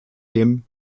den